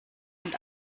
und